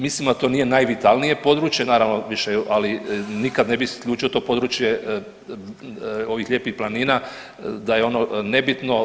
Mislim da to nije najvitalnije područje, naravno … ali nikad ne bi isključio to područje ovih lijepih planina da je ono nebitno.